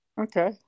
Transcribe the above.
okay